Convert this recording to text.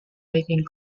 making